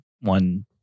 one